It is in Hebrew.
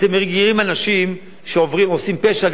אתם מכירים אנשים שעושים פשע,